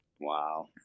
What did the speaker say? Wow